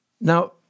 Now